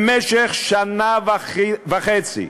במשך שנה וחצי,